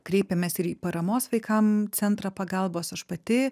kreipėmės ir į paramos vaikam centrą pagalbos aš pati